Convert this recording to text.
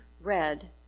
red